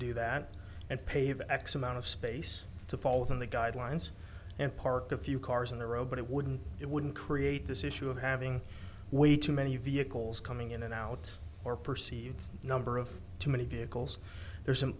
do that and pave x amount of space to fall within the guidelines and park a few cars on the road but it wouldn't it wouldn't create this issue of having way too many vehicles coming in and out or perceived number of too many vehicles there's some